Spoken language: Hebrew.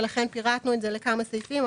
ולכן פירטנו את זה לכמה סעיפים.